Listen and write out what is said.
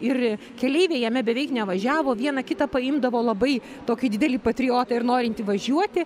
ir keleiviai jame beveik nevažiavo viena kitą paimdavo labai tokį didelį patriotą ir norintį važiuoti